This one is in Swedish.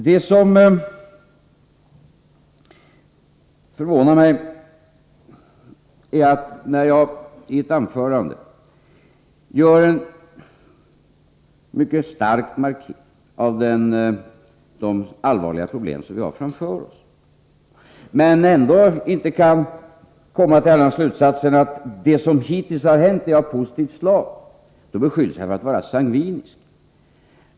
Det som förvånar mig är, att när jag i ett anförande gör en mycket stark markering av de allvarliga problem vi har framför oss men ändå inte kan komma till annan slutsats än att det som hittills har hänt är av positivt slag, då beskylls jag för att vara sangvinisk.